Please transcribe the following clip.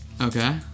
Okay